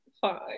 Fine